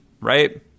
right